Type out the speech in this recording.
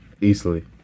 easily